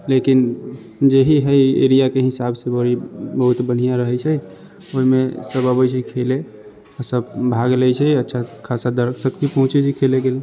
लेकिन जेही है एरियाके हिसाबसँ बहुत बढ़िऑं रहै छै ओहिमे सभ अबै छै खेलै सभ भाग लै छै अच्छा खासा दर्शक भी पहुँचे छै खेलैके लेल